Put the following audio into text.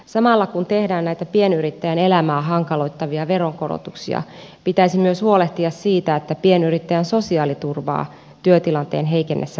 samalla kun tehdään näitä pienyrittäjän elämää hankaloittavia veronkorotuksia pitäisi myös huolehtia siitä että pienyrittäjän sosiaaliturvaa työtilanteen heikentyessä parannetaan